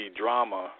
drama